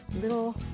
little